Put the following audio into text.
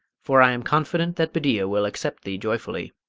for i am confident that bedeea will accept thee joyfully.